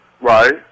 right